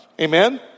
Amen